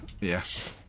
Yes